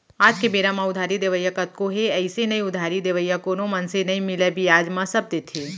आज के बेरा म उधारी देवइया कतको हे अइसे नइ उधारी देवइया कोनो मनसे नइ मिलय बियाज म सब देथे